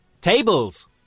tables